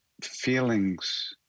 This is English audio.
feelings